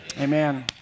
amen